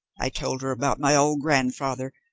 i told her about my old grandfather,